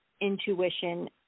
intuition